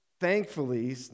thankfully